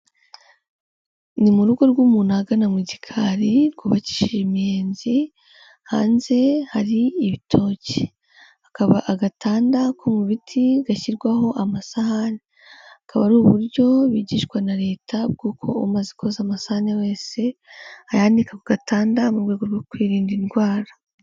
Ni mu rugo rw'umuntu ahagana mu gikari hubakishije imiyenzi, hanze hari ibitoki hakaba agatanda ko mu biti gashyirwaho amasahani, akaba ari uburyo bwigishwa na leta, ko umaze koza amasahani wese ayanika ku gatanda mu rwego rwo kwirinda indwara.